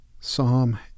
Psalm